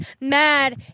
mad